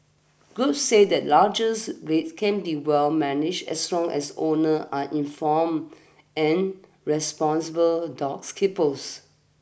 groups say that largest breeds can be well managed as long as owners are informed and responsible dogs keepers